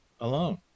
alone